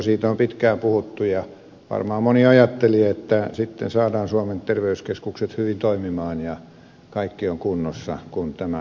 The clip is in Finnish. siitä on pitkään puhuttu ja varmaan moni ajatteli että sitten saadaan suomen terveyskeskukset hyvin toimimaan ja kaikki on kunnossa kun tämä laki tulee